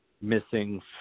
missing